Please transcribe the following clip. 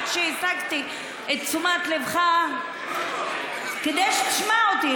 השגתי את תשומת ליבך כדי שתשמע אותי,